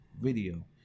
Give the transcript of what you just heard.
video